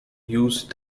use